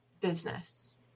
business